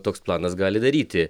toks planas gali daryti